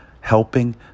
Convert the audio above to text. helping